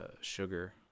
sugar